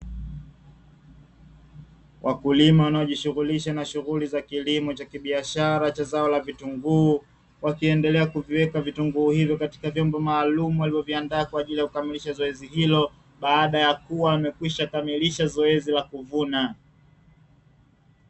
Wakulima wanaojishughulisha na shughuli za kilimo cha kibiashara cha zao la vitunguu, wakiendelea kuviweka vitunguu hivyo katika vyombo maalumu walivyoviandaa kwa ajili ya kukamilisha zoezi hilo, baada ya kuwa wamekwisha kamilisha zoezi la kuvuna.